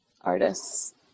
artists